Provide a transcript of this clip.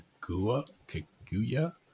Kaguya